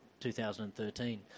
2013